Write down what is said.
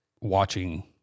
watching